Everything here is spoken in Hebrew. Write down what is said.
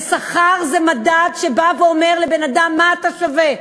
ושכר זה מדד שבא ואומר לבן-אדם מה הוא שווה.